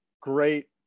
great